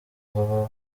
baba